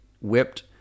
whipped